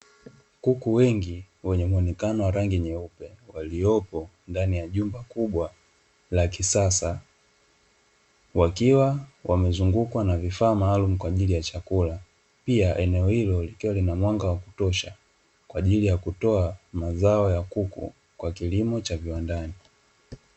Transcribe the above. Kuku wengi wenye muonekano wa rangi nyeupe waliopo ndani ya jumba kubwa la kisasa wakiwa wamezungukwa na vifaa maalumu kwa ajili ya chakula pia eneo hilo likiwa na mwanga wa kutosha kwa ajili ya kutoa mazao ya kuku kwa kilimo cha viwandani.